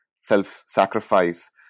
self-sacrifice